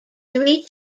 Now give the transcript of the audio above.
three